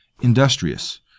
industrious